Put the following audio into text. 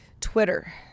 Twitter